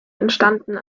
entstanden